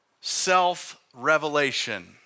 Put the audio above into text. self-revelation